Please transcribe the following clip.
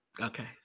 okay